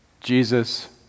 Jesus